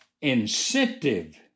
incentive